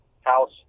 House